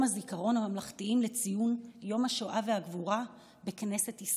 הזיכרון הממלכתיים לציון יום השואה והגבורה בכנסת ישראל.